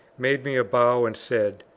made me a bow and said,